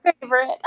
favorite